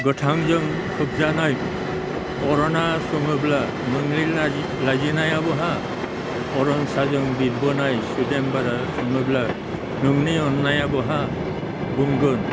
गोथांजों खोबजानाय अरना सोङोब्ला नोंनि लाजिनाया बहा अरनसाजों बिरबोनाय सुदेम बारा सोङोब्ला नोंनि अननाया बहा बुंगोन